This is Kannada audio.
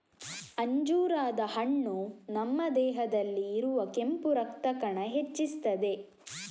ಅಂಜೂರದ ಹಣ್ಣು ನಮ್ಮ ದೇಹದಲ್ಲಿ ಇರುವ ಕೆಂಪು ರಕ್ತ ಕಣ ಹೆಚ್ಚಿಸ್ತದೆ